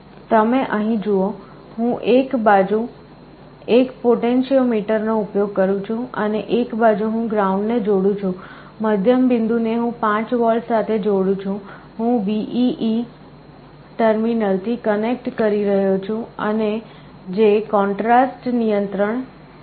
તમે અહીં જુઓ હું એક બાજુ એક પોટેન્શિયોમીટરનો ઉપયોગ કરું છું અને એક બાજુ હું ગ્રાઉન્ડ ને જોડું છું મધ્યમ બિંદુ ને હું 5 વોલ્ટ સાથે જોડું છું હું VEE ટર્મિનલથી કનેક્ટ કરી રહ્યો છું જે કૉન્ટ્રાસ્ટ નિયંત્રણ છે